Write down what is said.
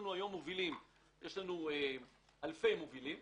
רק כשהמובילים